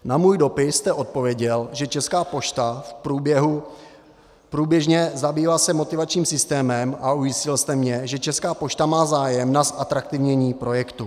Na můj dopis jste odpověděl, že se Česká pošta průběžně zabývá motivačním systémem, a ujistil jste mě, že Česká pošta má zájem na zatraktivnění projektu.